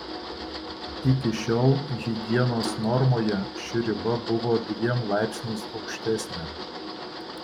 iki šiol higienos normoje ši riba buvo dviem laipsniais aukštesnė